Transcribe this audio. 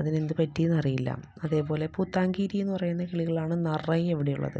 അതിന് എന്ത് പറ്റി എന്ന് അറിയില്ല അതേപോലെ പൂത്താഗിരി എന്ന് പറയുന്ന കിളികൾ ആണ് നിറയെ ഇവിടെ ഉള്ളത്